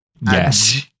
Yes